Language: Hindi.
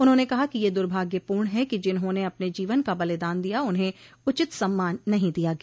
उन्होंने कहा कि यह दुर्भाग्यपूर्ण है कि जिन्होंने अपने जीवन का बलिदान दिया उन्हें उचित सम्मान नहीं दिया गया